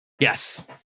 Yes